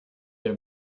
are